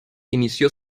inició